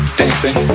dancing